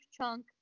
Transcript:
chunk